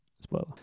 Spoiler